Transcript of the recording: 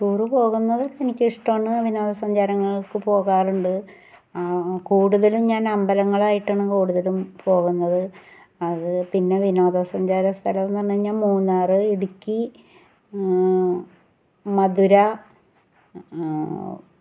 tour പോകുന്നത് എനിക്ക് ഇഷ്ടമാണ് വിനോദ സഞ്ചാരങ്ങൾക്ക് പോകാറുണ്ട് കൂടുതലും ഞാൻ അമ്പലങ്ങളായിട്ടാണ് കൂടുതലും പോവുന്നത് അത് പിന്നെ വിനോദ സഞ്ചാര സ്ഥലം എന്ന് പറഞ്ഞ് കഴിഞ്ഞാൽ മൂന്നാർ ഇടുക്കി മധുര